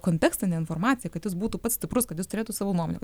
kontekstinę informaciją kad jis būtų pats stiprus kad jis turėtų savo nuomonę